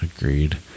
Agreed